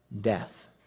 Death